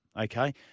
Okay